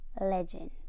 legend